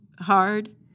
hard